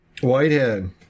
Whitehead